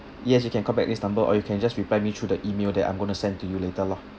yes you can call back this number or you can just reply me through the email that I'm going to send to you later lor